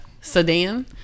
sedan